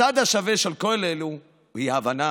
הצד השווה של כל אלו הוא ההבנה,